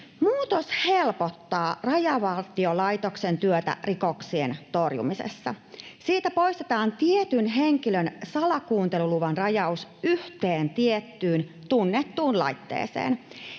Muutos helpottaa Rajavartiolaitoksen työtä rikoksien torjumisessa. Muutoksella poistetaan tietyn henkilön salakuunteluluvan rajaus yhteen tiettyyn tunnettuun laitteeseen.